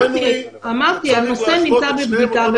אמרתי, הנושא נמצא בבדיקה.